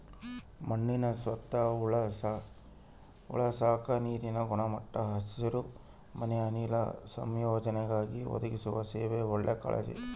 ಮಣ್ಣಿನ ಸತ್ವ ಉಳಸಾಕ ನೀರಿನ ಗುಣಮಟ್ಟ ಹಸಿರುಮನೆ ಅನಿಲ ಸಂಯೋಜನೆಗಾಗಿ ಒದಗಿಸುವ ಸೇವೆ ಒಳ್ಳೆ ಕಾಳಜಿ